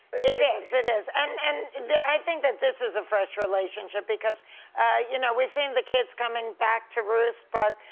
it is, it is and and i think that this is a fresh relationship, because you know we've seen the kids coming back to roost, but